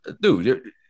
dude